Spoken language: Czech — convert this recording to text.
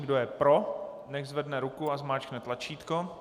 Kdo je pro, nechť zvedne ruku a zmáčkne tlačítko.